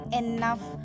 enough